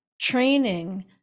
training